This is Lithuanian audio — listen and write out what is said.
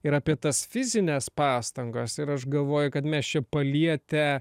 ir apie tas fizines pastangas ir aš galvoju kad mes čia palietę